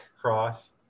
cross